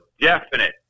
definite